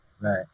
Right